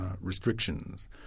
restrictions